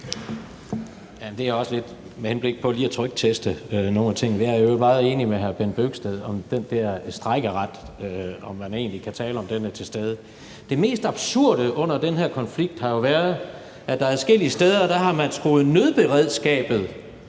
Det er også lidt med henblik på lige at trykteste nogle af tingene. Jeg er i øvrigt meget enig med hr. Bent Bøgsted i spørgsmålet om den der strejkeret, om man egentlig kan tale om, at den er til stede. Det mest absurde under den her konflikt har jo været, at man adskillige steder har skruet nødberedskabet